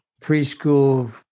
preschool